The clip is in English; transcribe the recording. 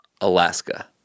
Alaska